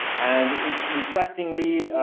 and it's interestingly